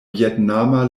vjetnama